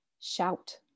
Shout